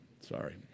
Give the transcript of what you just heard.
Sorry